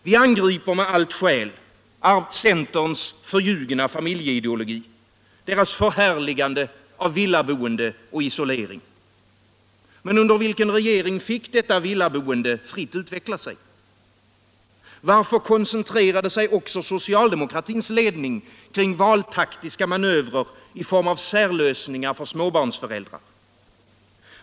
Vi angriper med allt skäl centerns förljugna familjeideologi, dess förhärligande av villaboende och isolering. Men under vilken regering fick detta villaboende fritt utveckla sig? Varför koncentrerade sig också socialdemokratins ledning kring valtaktiska manövrer i form av särlösningar för småbarnsföräldrar?